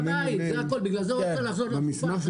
זה הכול בגלל זה הוא רוצה לחזור לתקופה הזאת.